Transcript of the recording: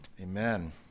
Amen